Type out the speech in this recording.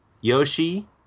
yoshi